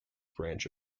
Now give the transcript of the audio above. branch